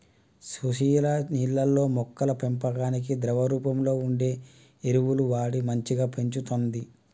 సుశీల నీళ్లల్లో మొక్కల పెంపకానికి ద్రవ రూపంలో వుండే ఎరువులు వాడి మంచిగ పెంచుతంది